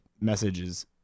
messages